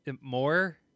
More